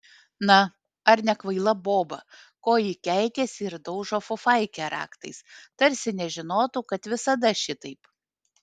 na ar nekvaila boba ko ji keikiasi ir daužo fufaikę raktais tarsi nežinotų kad visada šitaip